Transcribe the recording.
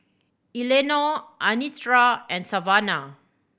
Eleanore Anitra and Savana